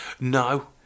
No